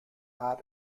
art